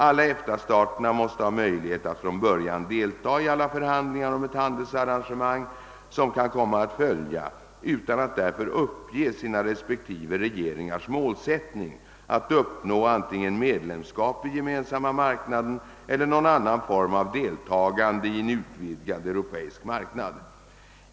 Alla EFTA-stater måste ha möjlighet att från början delta i alla förhandlingar om ett handelsarrangemang som kan komma att följa utan att därför uppge sina respektive regeringars målsättning att uppnå antingen medlemskap i Gemensamma marknaden eller någon annan form av deltagande i en utvidgad europeisk marknad.